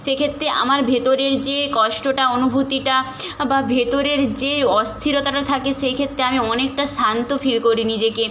সেক্ষেত্রে আমার ভেতরের যে কষ্টটা অনুভূতিটা বা ভেতরের যে অস্থিরতাটা থাকে সেই ক্ষেত্রে আমি অনেকটা শান্ত ফিল করি নিজেকে